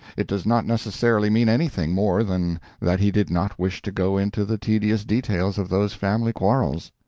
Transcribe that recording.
it does not necessarily mean anything more than that he did not wish to go into the tedious details of those family quarrels.